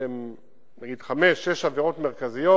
שהן נגיד חמש-שש עבירות מרכזיות: